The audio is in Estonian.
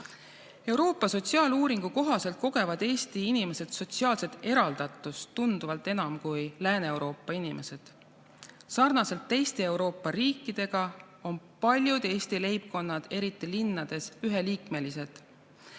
Euroopa sotsiaaluuringu kohaselt kogevad Eesti inimesed sotsiaalset eraldatust tunduvalt enam kui Lääne-Euroopa inimesed. Sarnaselt teiste Euroopa riikidega on paljud Eesti leibkonnad, eriti linnades, üheliikmelised.